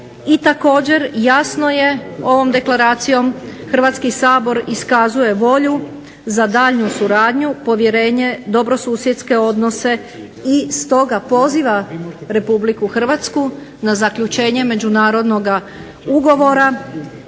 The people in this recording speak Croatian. i također jasno je ovom deklaracijom Hrvatski sabor iskazuje volju za daljnju suradnju povjerenje, dobrosusjedske odnose i stoga poziva Republiku Hrvatsku na zaključenje međunarodnog ugovora